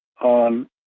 on